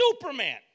Superman